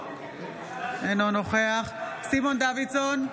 אינו נוכח סימון דוידסון,